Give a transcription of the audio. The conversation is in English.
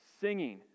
singing